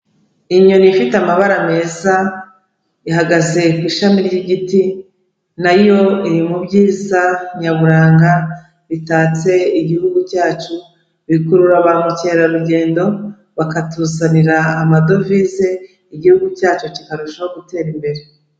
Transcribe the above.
Inyoni ifite amabara meza ihagaze ku ishami ry'igiti na yo iri mu byiza nyaburanga bitatse igihugu cyacu, bikurura ba mukerarugendo bakatuzanira amadovize, igihugu cyacu kikarushaho gutera imbere.